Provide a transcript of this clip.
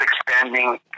expanding